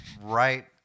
right